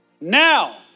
Now